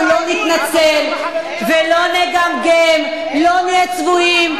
אנחנו לא נתנצל ולא נגמגם, לא נהיה צבועים.